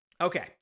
Okay